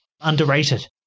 underrated